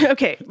Okay